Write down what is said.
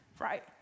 right